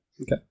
Okay